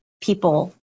people